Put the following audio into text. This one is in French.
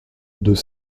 deux